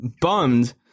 bummed